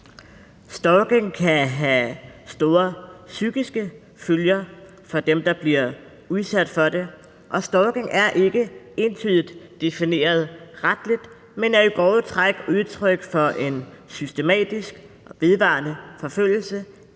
Stalking kan have store psykiske følger for dem, der bliver udsat for den. Stalking er ikke entydigt defineret retligt, men er i grove træk udtryk for en systematisk og vedvarende forfølgelse